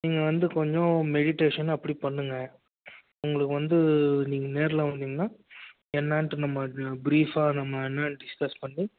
நீங்கள் வந்து கொஞ்சம் மெடிடேஷன் அப்படி பண்ணுங்க உங்களுக்கு வந்து நீங்கள் நேரில் வந்திங்கனால் என்னன்ட்டு நம்ம ப்ரீஃபாக நம்ப என்னன்னு டிஸ்கஸ் பண்ணி